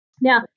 Now